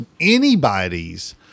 anybody's